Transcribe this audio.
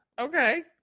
okay